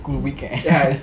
school week eh